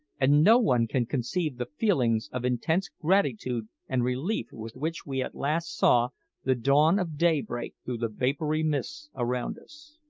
and no one can conceive the feelings of intense gratitude and relief with which we at last saw the dawn of day break through the vapoury mists around us.